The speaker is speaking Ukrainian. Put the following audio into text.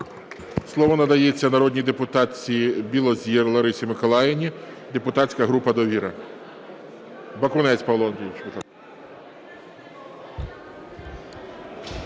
Слово надається народній депутатці Білозір Ларисі Миколаївні, депутатська група "Довіра". Бакунець Павло Андрійович.